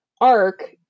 arc